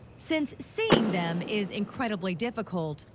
since seeing them is incredibly difficult,